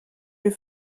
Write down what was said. plus